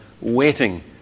waiting